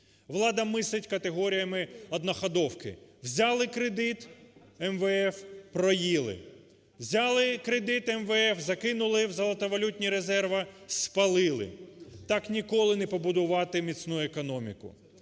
влада мислить категоріями одноходовки: взяли кредит МВФ – проїли; взяли кредит МВФ – закинули в золотовалютні резерви, спалили. Так ніколи не побудувати міцну економіку.